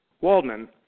Waldman